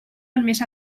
admès